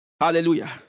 Hallelujah